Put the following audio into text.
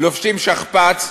לובשים שכפ"ץ,